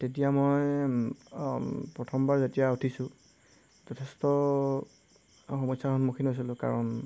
তেতিয়া মই প্ৰথমবাৰ যেতিয়া উঠিছোঁ যথেষ্ট সমস্যাৰ সন্মুখীন হৈছিলোঁ কাৰণ